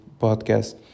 podcast